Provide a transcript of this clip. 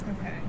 Okay